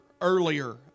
earlier